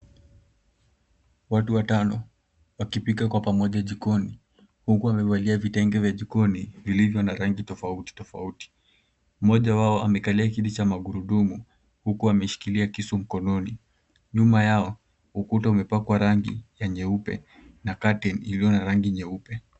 Watu watano wakipika kwa pamoja jikoni huku wamevalia vitenge vya jikoni vilivyo na rangi tofauti tofauti. Mmoja wao amekalia kiti cha magurudumu huku ameshikilia kisu mkononi. Nyuma yao ukututa umepakwa rangi ya nyeupe na Curtain iliyo na rangi nyeupe.